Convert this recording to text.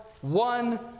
one